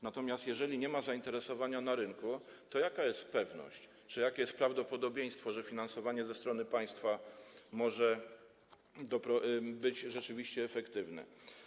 Natomiast jeżeli nie ma zainteresowania na rynku, to jaka jest pewność czy jakie jest prawdopodobieństwo, że finansowanie ze strony państwa może być rzeczywiście efektywne?